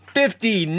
fifty